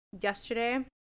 yesterday